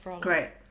Great